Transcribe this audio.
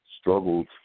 struggled